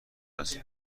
است